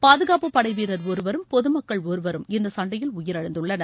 பாதுகாப்பு படை வீரர் ஒருவரும் பொதுமக்கள் ஒருவரும் இந்த சண்டையில் உயிரிழந்துள்ளனர்